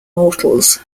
mortals